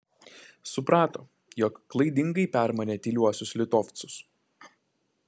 suprato jog klaidingai permanė tyliuosius litovcus